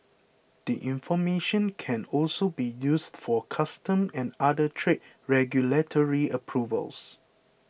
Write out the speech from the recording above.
the information can also be used for customs and other trade regulatory approvals